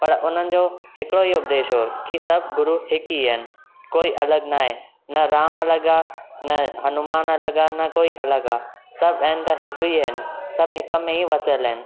पर हुननि जो हिकिड़ो ही उपदेश हो कि सभु गुरु हिकु ई आहिनि कोई अलॻि नाहे न राम अलॻि आहे न हनुमान अलॻि आहे न कोइ अलॻि आहे सभु आहिनि त हिकु ही आहिनि सभु हिकु में ई वसियल आहिनि